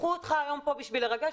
שלחו אותך היום פה בשביל לרגש,